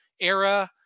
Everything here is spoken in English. era